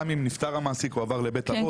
גם אם נפטר המעסיק או עבר לבית אבות,